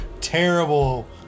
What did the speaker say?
terrible